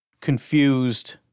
confused